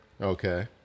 Okay